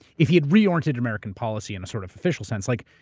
if he had reoriented american policy in a sort of official sense, like.